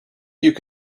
you